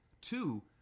Two